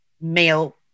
male